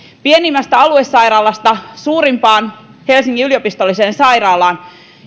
pienimmästä aluesairaalasta suurimpaan helsingin yliopistolliseen sairaalaan